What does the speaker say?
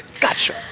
Gotcha